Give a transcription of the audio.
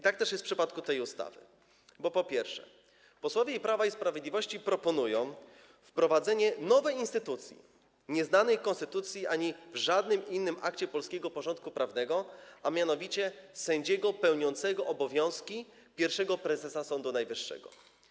Tak też jest w przypadku tej ustawy, bo po pierwsze, posłowie Prawa i Sprawiedliwości proponują wprowadzenie nowej, nieznanej konstytucji ani żadnym innym aktom polskiego porządku prawnego instytucji, a mianowicie sędziego pełniącego obowiązki pierwszego prezesa Sądu Najwyższego.